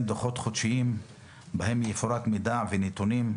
דוחות חודשיים שבהם יפורטו מידע ונתונים,